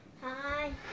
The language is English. Hi